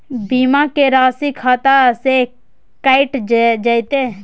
बीमा के राशि खाता से कैट जेतै?